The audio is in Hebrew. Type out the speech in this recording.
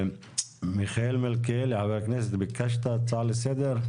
חבר הכנסת מיכאל מלכיאלי, ביקשת הצעה לסדר.